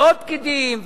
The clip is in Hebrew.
ועוד פקידים,